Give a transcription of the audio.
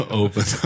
open